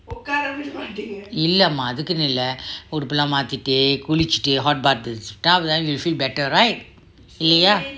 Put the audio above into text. illama athukkunu illa udupellam maathittu kulichittu:இல்லமா அதுக்குன்னு இல்ல உடுப்பெல்லாம் மாத்திட்டு குளிச்சிட்டு hot bath எடுத்துட்டு:eduthuttu then you should feel better right இல்லையா:illaiyaa